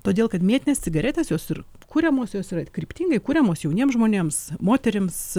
todėl kad mėtinės cigaretės jos ir kuriamosios yra kryptingai kuriamos jauniems žmonėms moterims